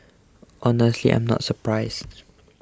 honestly I am not surprised